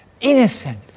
Innocent